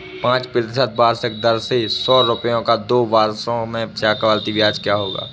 पाँच प्रतिशत वार्षिक दर से सौ रुपये का दो वर्षों में चक्रवृद्धि ब्याज क्या होगा?